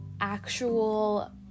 actual